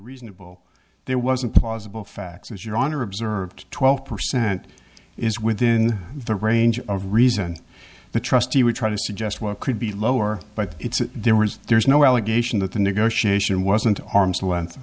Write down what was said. reasonable there wasn't plausible facts as your honor observed twelve percent is within the range of reason the trustee would try to suggest what could be lower but it's there was there's no allegation that the negotiation wasn't arm's length